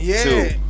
two